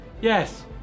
Yes